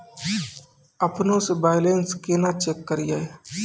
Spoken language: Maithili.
अपनों से बैलेंस केना चेक करियै?